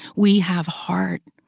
we have heart,